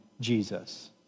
Jesus